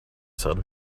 said